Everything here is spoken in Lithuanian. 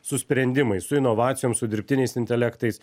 su sprendimais su inovacijom su dirbtiniais intelektais